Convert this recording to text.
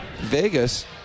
Vegas